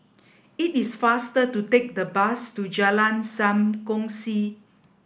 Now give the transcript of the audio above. it is faster to take the bus to Jalan Sam Kongsi